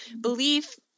belief